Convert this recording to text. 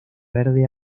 verde